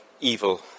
evil